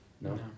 No